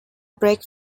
break